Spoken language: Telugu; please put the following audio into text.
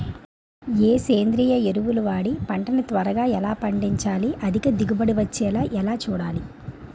ఏ సేంద్రీయ ఎరువు వాడి పంట ని త్వరగా ఎలా పండించాలి? అధిక దిగుబడి వచ్చేలా ఎలా చూడాలి?